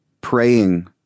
praying